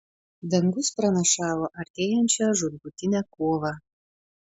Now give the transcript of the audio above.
dangus pranašavo artėjančią žūtbūtinę kovą